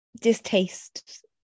distaste